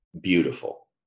beautiful